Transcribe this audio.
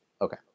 okay